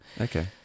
Okay